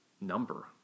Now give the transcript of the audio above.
number